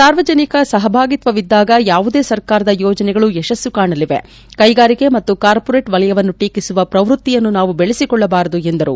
ಸಾರ್ವಜನಿಕ ಸಹಭಾಗಿತ್ಸವಿದ್ದಾಗ ಯಾವುದೇ ಸರ್ಕಾರದ ಯೋಜನೆಗಳು ಯಶಸ್ಸು ಕಾಣಲಿವೆ ಕ್ವೆಗಾರಿಕೆ ಹಾಗೂ ಕಾರ್ಪೊರೇಟ್ ವಲಯವನ್ನು ಟೀಕಿಸುವ ಪ್ರವೃತ್ತಿಯನ್ನು ನಾವು ಬೆಳಸಿಕೊಳ್ಳಬಾರದು ಎಂದರು